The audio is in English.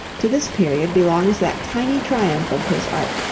to this period belongs that tiny triumph of his art,